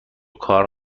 کار